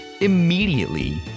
immediately